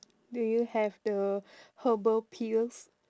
do you have the herbal pills